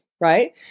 right